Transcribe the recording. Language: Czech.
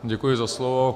Děkuji za slovo.